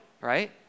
right